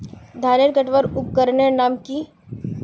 धानेर कटवार उपकरनेर नाम की?